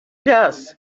dust